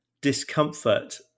discomfort